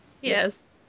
yes